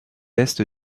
est